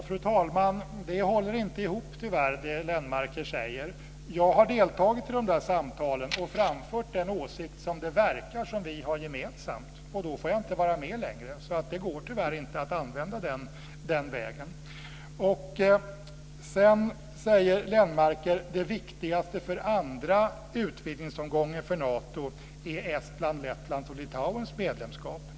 Fru talman! Det Lennmarker säger håller inte ihop. Jag har deltagit i de där samtalen och framfört den åsikt som det verkar som vi har gemensamt, och då får jag inte vara med längre. Det går tyvärr inte att använda den vägen. Sedan säger Lennmarker att det viktigaste för den andra utvidgningsomgången för Nato är Estlands, Lettlands och Litauens medlemskap.